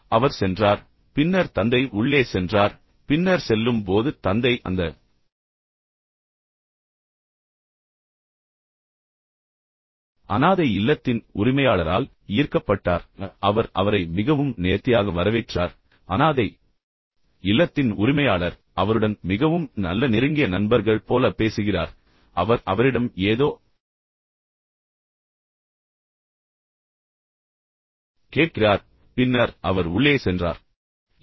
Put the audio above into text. எனவே அவர் சென்றார் பின்னர் தந்தை உள்ளே சென்றார் பின்னர் செல்லும் போது தந்தை அந்த அனாதை இல்லத்தின் உரிமையாளரால் ஈர்க்கப்பட்டார் பின்னர் அவர் அவரை மிகவும் நேர்த்தியாக வரவேற்றார் மேலும் அனாதை இல்லத்தின் உரிமையாளர் அவருடன் மிகவும் நல்ல நெருங்கிய நண்பர்கள் போல பேசுகிறார் அவர் அவரிடம் ஏதோ கேட்கிறார் பின்னர் அவர் உள்ளே சென்றார்